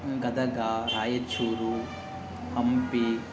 Gadag Raichur Hampi